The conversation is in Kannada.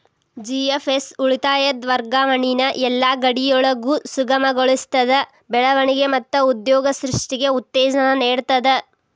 ಜಿ.ಎಫ್.ಎಸ್ ಉಳಿತಾಯದ್ ವರ್ಗಾವಣಿನ ಯೆಲ್ಲಾ ಗಡಿಯೊಳಗು ಸುಗಮಗೊಳಿಸ್ತದ, ಬೆಳವಣಿಗೆ ಮತ್ತ ಉದ್ಯೋಗ ಸೃಷ್ಟಿಗೆ ಉತ್ತೇಜನ ನೇಡ್ತದ